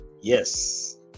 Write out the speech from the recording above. yes